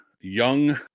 young